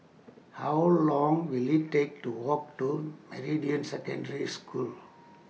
How Long Will IT Take to Walk to Meridian Secondary School